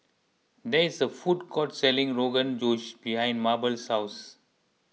there is a food court selling Rogan Josh behind Mable's house